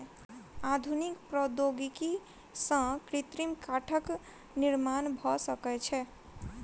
आधुनिक प्रौद्योगिकी सॅ कृत्रिम काठक निर्माण भ सकै छै